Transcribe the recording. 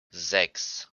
sechs